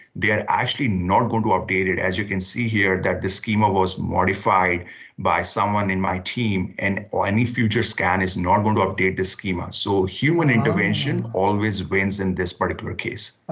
they are actually not going to update it. as you can see here, that the schema was modified by someone in my team and any future scan is not going to update the schema, so human intervention always wins in this particular case.